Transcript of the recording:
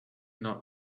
not